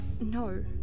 No